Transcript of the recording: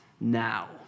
now